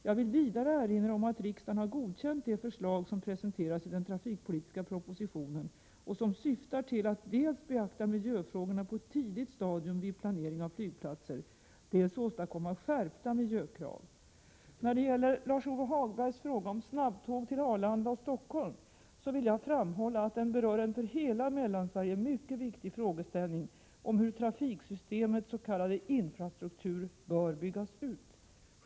Jag vill vidare erinra om att riksdagen har godkänt de förslag & som presenteras i den trafikpolitiska propositionen och som syftar till att dels beakta miljöfrågorna på ett tidigt stadium vid planering av flygplatser, dels åstadkomma skärpta miljökrav. När det gäller Lars-Ove Hagbergs fråga om snabbtåg till Arlanda och Stockholm vill jag framhålla att den berör en för hela Mellansverige mycket viktig frågeställning om hur trafiksystemets s.k. infrastruktur bör byggas ut.